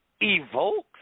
evokes